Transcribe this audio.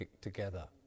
together